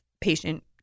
patient